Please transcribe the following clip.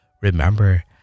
Remember